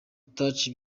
touch